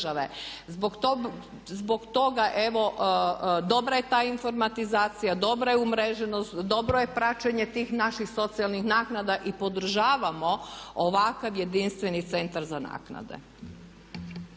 Zbog toga evo dobra je ta informatizacija, dobra je umreženost, dobro je praćenje tih naših socijalnih naknada i podržavamo ovakav jedinstveni centar za naknade.